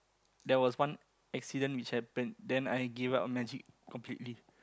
there was one accident which happened then I gave up on magic completely